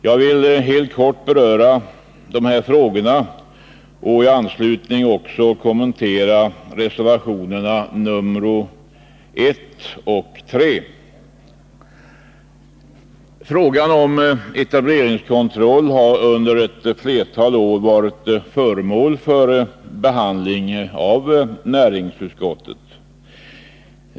Jag vill helt kort beröra dessa frågor och i anslutning härtill också kommentera reservationerna 1 och 3. Frågan om etableringskontroll har under ett flertal år varit föremål för behandling av näringsutskottet.